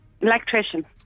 Electrician